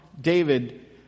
David